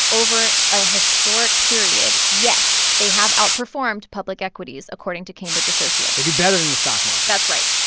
over a historic period, yes, they have outperformed public equities, according to cambridge associates they do better than the stock market that's right.